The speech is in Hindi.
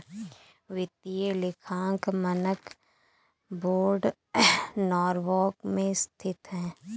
वित्तीय लेखांकन मानक बोर्ड नॉरवॉक में स्थित है